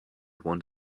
want